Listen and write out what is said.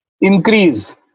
increase